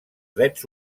drets